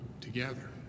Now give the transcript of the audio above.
together